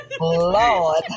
Lord